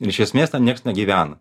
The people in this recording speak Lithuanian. ir iš esmės ten nieks negyvena